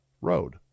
road